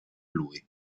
lui